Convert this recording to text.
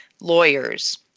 lawyers